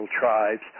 tribes